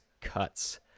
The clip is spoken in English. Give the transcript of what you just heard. cuts